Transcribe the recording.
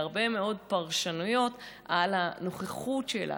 להרבה מאוד פרשנויות על הנוכחות שלה,